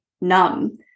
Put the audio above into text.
numb